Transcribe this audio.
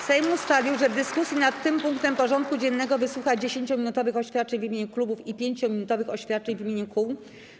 Sejm ustalił, że w dyskusji nad tym punktem porządku dziennego wysłucha 10-minutowych oświadczeń w imieniu klubów i 5-minutowych oświadczeń w imieniu kół.